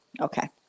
Okay